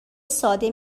ساده